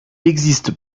existe